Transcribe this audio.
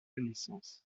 connaissances